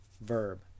verb